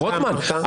רוטמן,